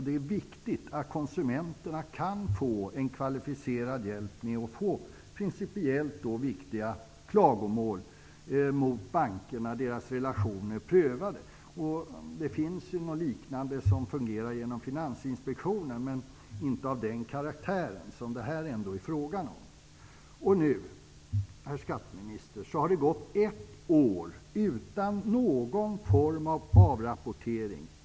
Det är viktigt att konsumenterna kan få kvalificerad hjälp med att få principellt viktiga klagomål gällande bankernas relationer prövade. Det finns något liknande som fungerar genom Finansinspektionen, men det är inte av den karaktär som det nu är fråga om. Nu, herr skatteminister, har det gått ett år utan någon form av avrapportering.